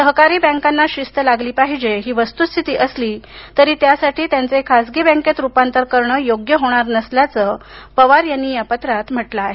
सहकारी बँकांना शिस्त लागली पाहिजे हि वस्तुस्थिती असली तरी त्यासाठी त्यांचे खासगी बँकेत रूपांतर करणं योग्य होणार नसल्याचं पवार यांनी या पत्रात म्हटलं आहे